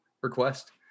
request